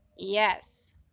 Yes